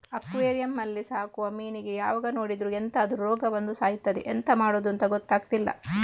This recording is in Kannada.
ಅಕ್ವೆರಿಯಂ ಅಲ್ಲಿ ಸಾಕುವ ಮೀನಿಗೆ ಯಾವಾಗ ನೋಡಿದ್ರೂ ಎಂತಾದ್ರೂ ರೋಗ ಬಂದು ಸಾಯ್ತದೆ ಎಂತ ಮಾಡುದಂತ ಗೊತ್ತಾಗ್ತಿಲ್ಲ